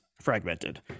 fragmented